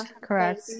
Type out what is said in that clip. correct